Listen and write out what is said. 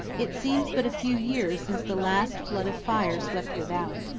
it seems but a few years since the last flood of fire swept the valley.